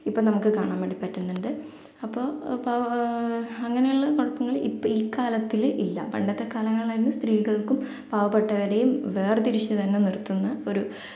ഇപ്പോൾ നമുക്ക് കാണാൻ വേണ്ടി പറ്റുന്നുണ്ട് അപ്പോൾ അപ്പോൾ അങ്ങനെയുള്ള കുഴപ്പങ്ങൾ ഇപ്പോൾ ഈ കാലത്തിൽ ഇല്ല പണ്ടത്തെ കാലങ്ങളിലായിരുന്നു സ്ത്രീകൾക്കും പാവപ്പെട്ടവരെയും വേർതിരിച്ചു തന്നെ നിർത്തുന്ന ഒരു